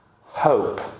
hope